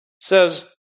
says